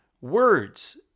Words